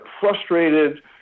frustrated